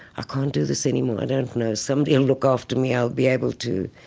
ah can't do this anymore. i don't know, somebody will look after me, i'll be able to,